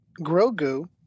Grogu